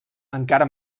encara